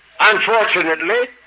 unfortunately